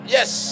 Yes